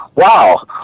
wow